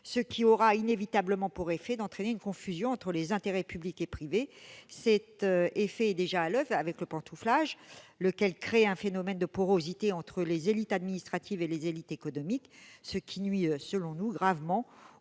ce qui aura inévitablement pour effet d'entraîner une confusion entre les intérêts publics et privés. Cet effet est déjà à l'oeuvre avec le pantouflage, lequel crée un phénomène de porosité entre les élites administratives et les élites économiques, ce qui nuit gravement